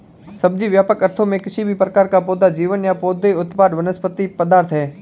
सब्जी, व्यापक अर्थों में, किसी भी प्रकार का पौधा जीवन या पौधे उत्पाद वनस्पति पदार्थ है